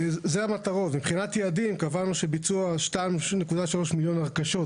מבחינת יעדים קבענו שביצוע 2.3 מיליון הרכשות,